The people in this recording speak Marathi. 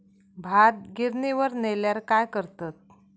भात गिर्निवर नेल्यार काय करतत?